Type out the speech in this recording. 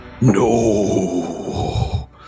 No